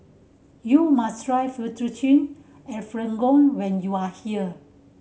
you must try Fettuccine Alfredo when you are here